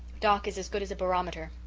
doc is as good as a barometer.